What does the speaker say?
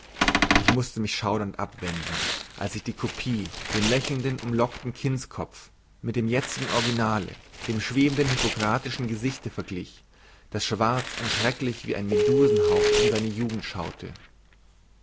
ich mußte mich schaudernd abwenden als ich die kopie den lächelnden umlokten kindskopf mit dem jezigen originale dem schwebenden hypokratischen gesichte verglich das schwarz und schreklich wie ein medusenhaupt in seine jugend schauete